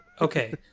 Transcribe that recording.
okay